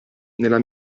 nella